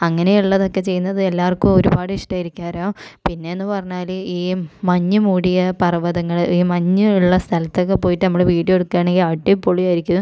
അങ്ങനെയുള്ളതൊക്കെ ചെയ്യുന്നത് എല്ലാവർക്കും ഒരുപാട് ഇഷ്ടമായിരിക്കും പിന്നെയെന്ന് പറഞ്ഞാൽ ഈ മഞ്ഞു മൂടിയ പർവ്വതങ്ങൾ ഈ മഞ്ഞ് ഉള്ള സ്ഥലത്തൊക്കെ പോയിട്ട് നമ്മൾ വീഡിയോ എടുക്കുകയാണെങ്കിൽ അടിപൊളി ആയിരിക്കും